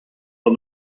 are